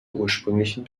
ursprünglichen